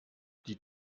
die